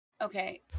Okay